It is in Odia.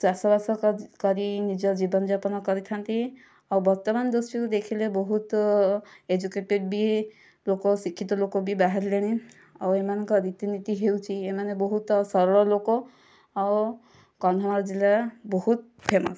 ଚାଷବାସ କରି ନିଜ ଜୀବନ ଯାପନ କରିଥାନ୍ତି ଆଉ ବର୍ତ୍ତମାନ ଦୃଷ୍ଟିରୁ ଦେଖିଲେ ବହୁତ ଏଜୁକେଟେଡ଼ ବି ଲୋକ ଶିକ୍ଷିତ ଲୋକ ବି ବାହାରିଲେଣି ଆଉ ଏମାନଙ୍କର ରୀତିନୀତି ହେଉଛି ଏମାନେ ବହୁତ ସରଳ ଲୋକ ଆଉ କନ୍ଧମାଳ ଜିଲ୍ଲା ବହୁତ ଫେମସ